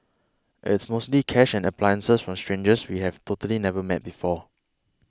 it's mostly cash and appliances from strangers we have totally never met before